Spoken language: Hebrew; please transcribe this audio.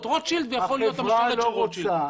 רוטשילד ויכול להיות המשרת של רוטשילד.